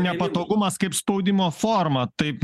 nepatogumas kaip spaudimo forma taip